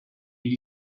gli